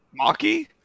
Maki